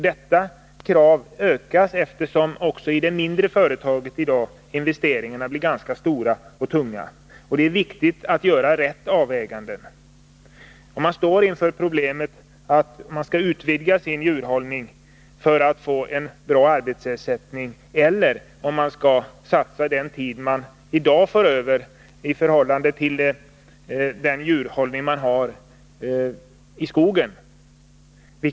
Detta krav ökar, eftersom investeringarna i dag blir ganska stora och tunga också i de mindre företagen, och det är viktigt att göra de rätta avvägandena. Man kant.ex. stå inför problemet, om man skall utvidga sin djurhållning för att få en bra arbetsersättning eller om man skall satsa den tid man får över i förhållande till den djurhållning maa i dag har i skogen.